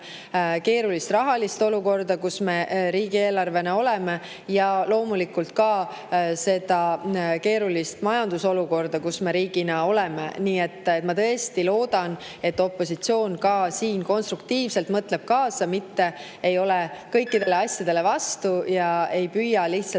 keerulist rahalist olukorda, kus me riigieelarvega oleme, ja loomulikult ka keerulist majandusolukorda, kus me riigina oleme. Nii et ma tõesti loodan, et opositsioon mõtleb siin konstruktiivselt kaasa, mitte ei ole kõikidele asjadele vastu ega püüa lihtsalt